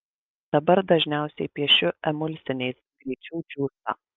dabar dažniausiai piešiu emulsiniais greičiau džiūsta